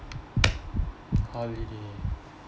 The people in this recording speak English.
holiday